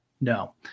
No